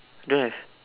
don't have